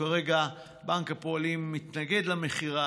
כרגע בנק הפועלים מתנגד למכירה,